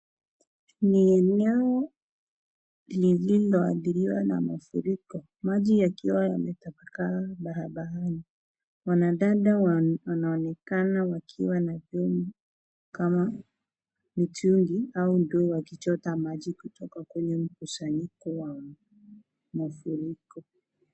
Ni eneo lililoardhiriwa na mafuriko maji yakiwa yametapakaa barabarani wanadada wanaonekana wakiwa na vyombo kama vichungi au ndoo wakichota maji kutoka kwenye mkusanyiko wa mafuriko.